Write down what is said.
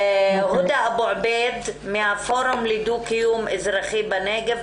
הייתי רוצה לשמוע את הודה אבו-עבייד מהפורום לדו-קיום אזרחי בנגב